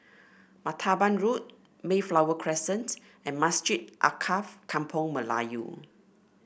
Martaban Road Mayflower Crescent and Masjid Alkaff Kampung Melayu